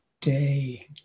day